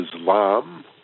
Islam